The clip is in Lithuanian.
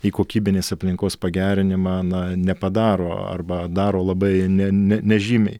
į kokybinės aplinkos pagerinimą na nepadaro arba daro labai ne ne nežymiai